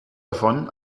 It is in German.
davon